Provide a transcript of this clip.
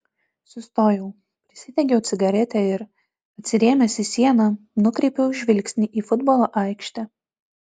sustojau prisidegiau cigaretę ir atsirėmęs į sieną nukreipiau žvilgsnį į futbolo aikštę